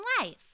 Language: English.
life